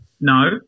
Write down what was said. No